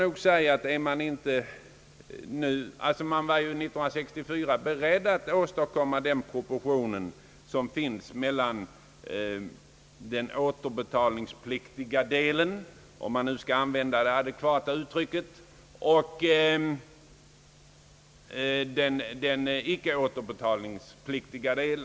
År 1964 var man beredd att åstadkomma den proportion som finns mellan återbetalningspliktig och icke återbetalningspliktig del.